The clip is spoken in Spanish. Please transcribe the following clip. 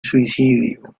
suicidio